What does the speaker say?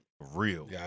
real